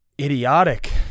idiotic